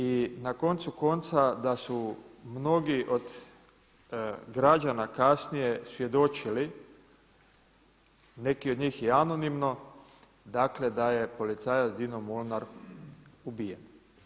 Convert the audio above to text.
I na koncu konca da su mnogi od građana kasnije svjedočili, neki od njih i anonimno, dakle da je policajac Dino Molnar ubijen.